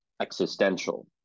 existential